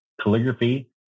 calligraphy